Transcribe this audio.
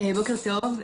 בוקר טוב.